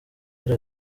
kuri